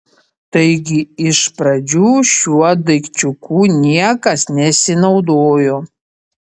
taigi iš pradžių šiuo daikčiuku niekas nesinaudojo